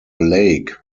lake